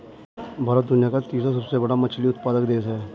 भारत दुनिया का तीसरा सबसे बड़ा मछली उत्पादक देश है